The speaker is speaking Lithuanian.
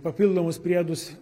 papildomus priedus